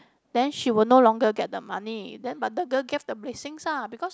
then she will no longer get the money then but the girl gave the blessings lah because